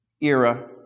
era